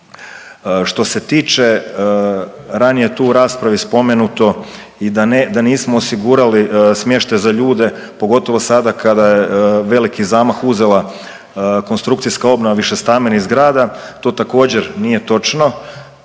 Što se tiče, ranije je tu u raspravi spomenuto da nismo osigurali smještaj za ljude, pogotovo sada kada je veliki zamah uzela konstrukcijska obnova višestambenih zgrada. To također nije točno,